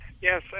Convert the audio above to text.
Yes